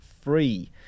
free